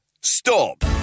Stop